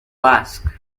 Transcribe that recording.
ask